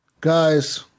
guys